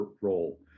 role